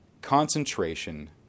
concentration